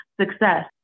success